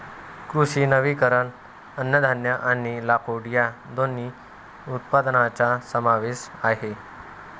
कृषी वनीकरण अन्नधान्य आणि लाकूड या दोन्ही उत्पादनांचा समावेश आहे